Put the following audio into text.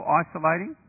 isolating